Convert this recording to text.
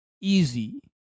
easy